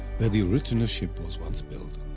where the original ship was once built.